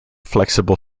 flexible